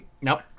Nope